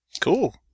Cool